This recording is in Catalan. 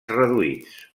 reduïts